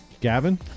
Gavin